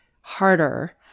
harder